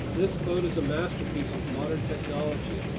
this boat is a masterpiece of modern technology,